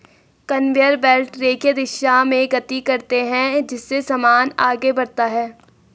conveyor belt रेखीय दिशा में गति करते हैं जिससे सामान आगे बढ़ता है